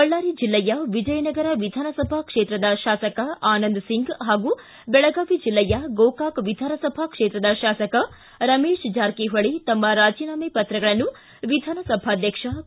ಬಳ್ಳಾರಿ ಜಿಲ್ಲೆಯ ವಿಜಯನಗರ ವಿಧಾನಸಭಾ ಕ್ಷೇತ್ರದ ಶಾಸಕ ಆನಂದ ಸಿಂಗ್ ಹಾಗೂ ಬೆಳಗಾವಿ ಜಿಲ್ಲೆಯ ಗೋಕಾಕ ವಿಧಾನಸಭಾ ಕ್ಷೇತ್ರದ ಶಾಸಕ ರಮೇಶ ಜಾರಕಿಹೊಳಿ ತಮ್ಮ ರಾಜೀನಾಮೆ ಪತ್ರಗಳನ್ನು ವಿಧಾನಸಭಾಧ್ವಕ್ಷ ಕೆ